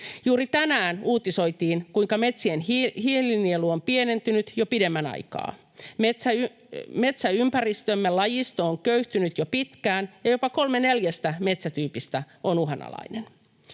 Juuri tänään uutisoitiin, kuinka metsien hiilinielu on pienentynyt jo pidemmän aikaa. Metsäympäristömme lajisto on köyhtynyt jo pitkään, ja jopa kolme neljästä metsätyypistä on uhanalaisia.